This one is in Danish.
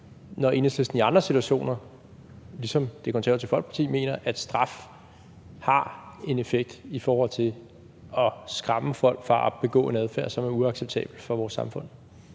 når Enhedslisten i andre situationer – ligesom Det Konservative Folkeparti – mener, at straf har en effekt i forhold til at skræmme folk fra at have en adfærd, som er uacceptabel for vores samfund.